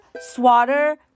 Swatter